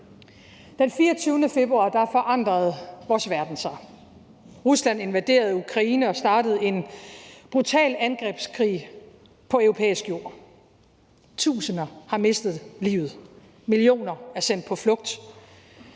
Den 24. februar forandrede vores verden sig. Rusland invaderede Ukraine og startede en brutal angrebskrig på europæisk jord. Tusinder har mistet livet, millioner er sendt på flugt.